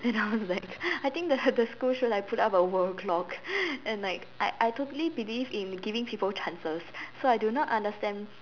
then I was like I think the the school should like put up a world clock and like I I totally believe in giving people chances so I do not understand